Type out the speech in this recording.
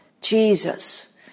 Jesus